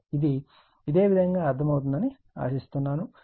ఇదే విధంగా అర్థమవుతుందని ఆశిస్తున్నాను